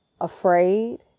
afraid